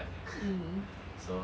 mm